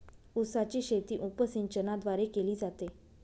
उसाची शेती उपसिंचनाद्वारे केली जाते